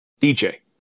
DJ